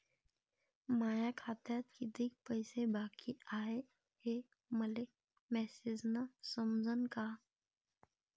माया खात्यात कितीक पैसे बाकी हाय हे मले मॅसेजन समजनं का?